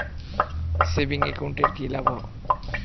Savings account এর কি লাভ?